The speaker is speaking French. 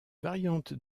variante